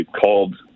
called